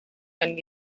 been